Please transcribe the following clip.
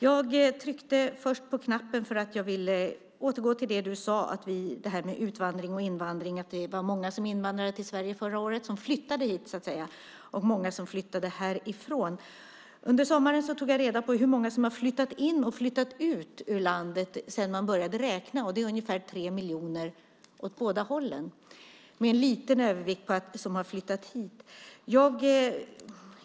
Jag begärde replik för att jag ville återkomma till det Ulf Nilsson sade om in och utvandringen förra året, att det var många som så att säga flyttade hit och många som flyttade härifrån. Under sommaren tog jag reda på hur många som har flyttat in i och ut ur landet sedan man började räkna. Det är ungefär 3 miljoner åt båda hållen, med en liten övervikt för dem som har flyttat hit.